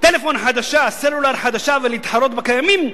סלולר חדשה ולהתחרות בקיימים,